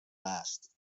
last